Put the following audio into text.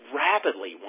rapidly